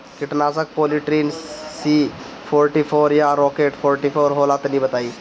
कीटनाशक polytrin C forty four या rocket forty four होला तनि बताई?